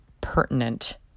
pertinent